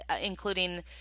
including